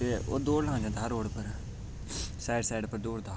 ते ओह् दौड़ने गी जंदा हा रोड़ पर साईड साईड पर दौड़दा हा उसी